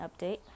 update